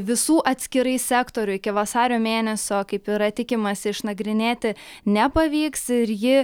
visų atskirai sektorių iki vasario mėnesio kaip yra tikimasi išnagrinėti nepavyks ir ji